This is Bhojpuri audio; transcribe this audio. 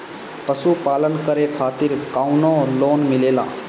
पशु पालन करे खातिर काउनो लोन मिलेला?